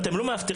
אתם לא מאבטחים,